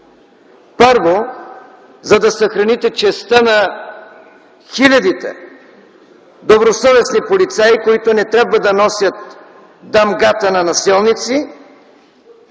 Първо, за да съхраните честта на хилядите добросъвестни полицаи, които не трябва да носят дамгата на насилници